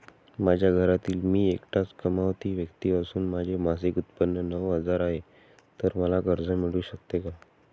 माझ्या घरातील मी एकटाच कमावती व्यक्ती असून माझे मासिक उत्त्पन्न नऊ हजार आहे, तर मला कर्ज मिळू शकते का?